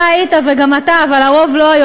אתה היית, וגם אתה, אבל הרוב לא היו.